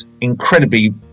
incredibly